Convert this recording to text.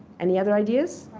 any other ideas?